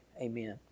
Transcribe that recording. Amen